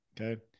Okay